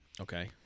Okay